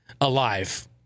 alive